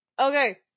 Okay